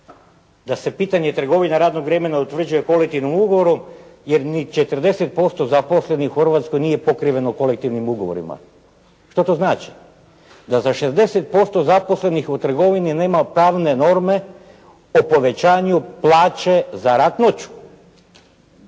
da se pitanje trgovina, radnog vremena utvrđuje kolektivnim ugovorom jer ni 40% zaposlenih u Hrvatskoj nije pokriveno kolektivnim ugovorima. Što to znači? Da za 60% zaposlenih u trgovini nema pravne norme o povećanju plaće za rad noću.